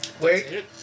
Wait